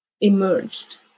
emerged